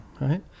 right